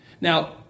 now